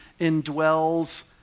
indwells